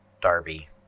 darby